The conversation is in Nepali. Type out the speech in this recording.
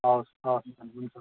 हवस् हवस्